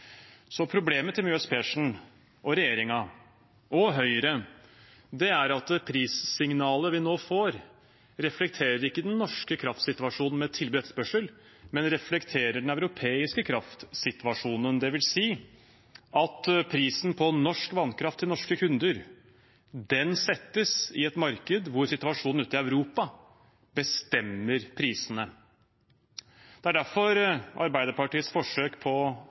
Så problemet til Mjøs Persen, regjeringen og Høyre er at prissignalet vi nå får, reflekterer ikke den norske kraftsituasjonen med tilbud og etterspørsel, men reflekterer den europeiske kraftsituasjonen. Det vil si at prisen på norsk vannkraft til norske kunder settes i et marked hvor situasjonen ute i Europa bestemmer prisene. Det er derfor Arbeiderpartiets forsøk på